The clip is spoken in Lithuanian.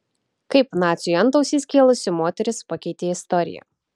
kaip naciui antausį skėlusi moteris pakeitė istoriją